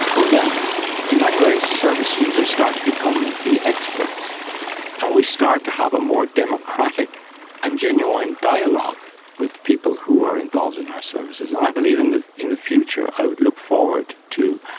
then in many ways service users start to become the experts and we start to have a more democratic and genuine dialogue with people who are involved in our services. and i believe in the in the future i would look forward to